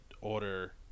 order